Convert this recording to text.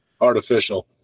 artificial